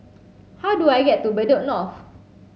how do I get to Bedok North